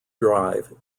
drive